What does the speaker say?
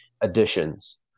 additions